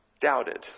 doubted